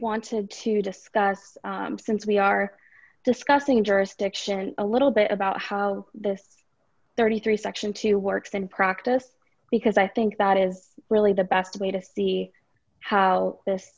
wanted to discuss since we are discussing jurisdiction a little bit about how the thirty three section two works in practice because i think that is really the best way to see how this